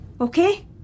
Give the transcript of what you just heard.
Okay